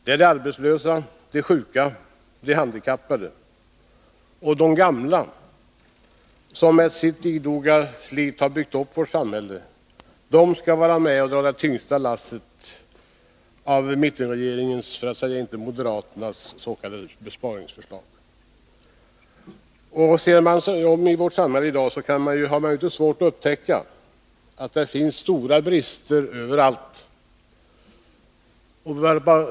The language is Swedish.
Det är de arbetslösa, de sjuka, de handikappade — och de gamla, som med sin idoga flit har byggt upp vårt samhälle — som skall dra det tyngsta lasset av mittenregeringens, för att inte säga moderaternas, s.k. besparingsförslag. Ser vi oss om i vårt samhälle har vi inte svårt att upptäcka stora brister överallt.